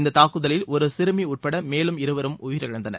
இந்த தாக்குதலில் ஒரு சிறுமி உட்பட மேலும் இருவரும் உயிரிழந்தனர்